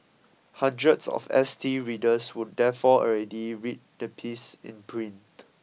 hundreds of S T readers would therefore already read the piece in print